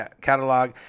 catalog